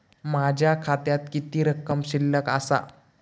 माझ्या खात्यात किती रक्कम शिल्लक आसा?